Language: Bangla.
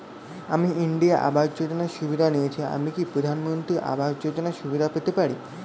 আমি ইন্দিরা আবাস যোজনার সুবিধা নেয়েছি আমি কি প্রধানমন্ত্রী আবাস যোজনা সুবিধা পেতে পারি?